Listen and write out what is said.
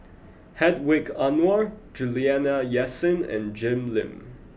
Hedwig Anuar Juliana Yasin and Jim Lim